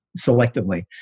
selectively